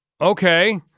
Okay